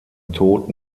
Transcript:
tod